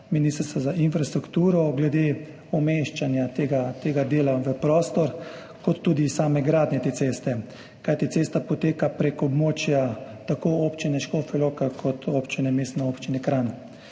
Ministrstva za infrastrukturo, glede umeščanja tega dela v prostor ter tudi same gradnje te ceste. Kajti cesta poteka tako preko območja Občine Škofja Loka kot Mestne občine Kranj.